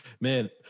man